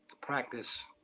practice